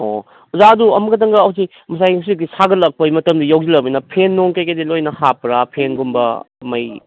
ꯑꯣ ꯑꯣꯖꯥ ꯑꯗꯨ ꯑꯃꯈꯛꯇꯪꯒ ꯃꯁꯤ ꯉꯁꯥꯏ ꯃꯁꯤꯒꯤ ꯁꯥꯒꯠꯂꯛꯄꯩ ꯃꯇꯝꯗꯤ ꯌꯧꯁꯤꯜꯂꯛꯕꯅꯤꯅ ꯐꯦꯟ ꯅꯨꯡ ꯀꯩꯀꯩꯗꯤ ꯂꯣꯏꯅ ꯍꯥꯞꯄ꯭ꯔꯥ ꯐꯦꯟꯒꯨꯝꯕ ꯃꯩ